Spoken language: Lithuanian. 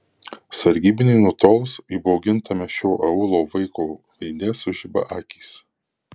sargybiniui nutolus įbaugintame šio aūlo vaiko veide sužiba akys